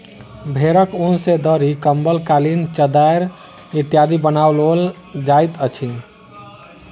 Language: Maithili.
भेंड़क ऊन सॅ दरी, कम्बल, कालीन, चद्दैर इत्यादि बनाओल जाइत अछि